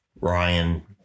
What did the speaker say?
Ryan